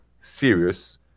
serious